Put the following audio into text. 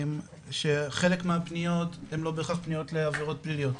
שחלק מהפניות, הן לא בהכרח פניות לעבירות פליליות,